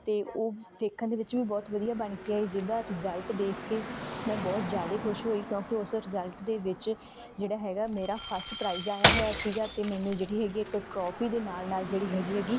ਅਤੇ ਉਹ ਦੇਖਣ ਦੇ ਵਿੱਚ ਵੀ ਬਹੁਤ ਵਧੀਆ ਬਣ ਕੇ ਆਈ ਜਿਹਦਾ ਰਿਜ਼ਲਟ ਦੇਖ ਕੇ ਮੈਂ ਬਹੁਤ ਜ਼ਿਆਦਾ ਖੁਸ਼ ਹੋਈ ਕਿਉਂਕਿ ਉਸ ਰਿਜ਼ਲਟ ਦੇ ਵਿੱਚ ਜਿਹੜਾ ਹੈਗਾ ਮੇਰਾ ਫਸਟ ਪ੍ਰਾਈਜ ਆਇਆ ਹੋਇਆ ਸੀਗਾ ਅਤੇ ਮੈਨੂੰ ਜਿਹੜੀ ਹੈਗੀ ਹੈ ਮੈਨੂੰ ਇੱਕ ਟਰੋਫੀ ਦੇ ਨਾਲ ਨਾਲ ਜਿਹੜੀ ਹੈਗੀ ਹੈਗੀ